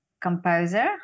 composer